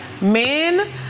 men